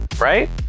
right